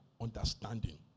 understanding